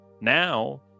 now